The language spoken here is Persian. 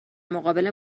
مقابل